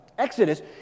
Exodus